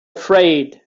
afraid